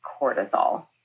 cortisol